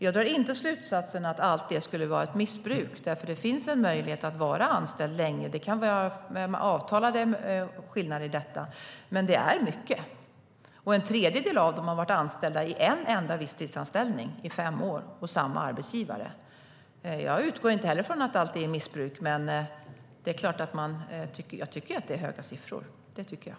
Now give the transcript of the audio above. Jag drar inte slutsatsen att allt detta skulle vara ett missbruk, för det finns en möjlighet att vara anställd länge. Det kan finnas avtalade skillnader i detta. Men det är mycket. En tredjedel av dessa har haft en enda visstidsanställning i fem år hos samma arbetsgivare. Jag utgår inte heller ifrån att allt är missbruk, men det är klart att det är höga siffror. Det tycker jag.